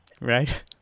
Right